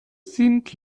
sind